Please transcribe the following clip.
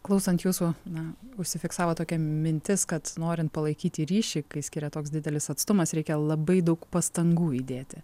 klausant jūsų na užsifiksavo tokia mintis kad norint palaikyti ryšį kai skiria toks didelis atstumas reikia labai daug pastangų įdėti